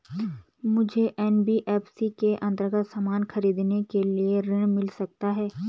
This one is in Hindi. मुझे एन.बी.एफ.सी के अन्तर्गत सामान खरीदने के लिए ऋण मिल सकता है?